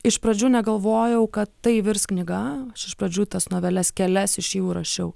iš pradžių negalvojau kad tai virs knyga aš iš pradžių tas noveles kelias iš jų rašiau